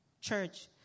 Church